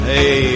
Hey